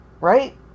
right